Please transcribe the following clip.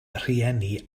rhieni